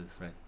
right